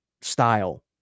style